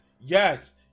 yes